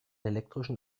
elektrischen